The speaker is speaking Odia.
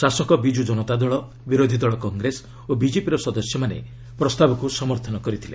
ଶାସକ ବିଜୁ ଜନତା ଦଳ ବିରୋଧି ଦଳ କଂଗ୍ରେସ ଓ ବିଜେପିର ସଦସ୍ୟମାନେ ପ୍ରସ୍ତାବକୁ ସମର୍ଥନ କରିଥିଲେ